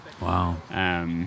Wow